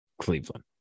Cleveland